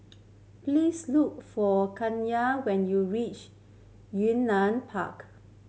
please look for Kaliyah when you reach Yunnan Park